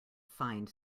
find